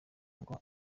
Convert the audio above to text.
ngo